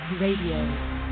Radio